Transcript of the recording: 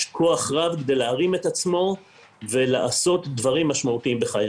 כוח רב כדי להרים את עצמו לעשות דברים משמעותיים בחייו.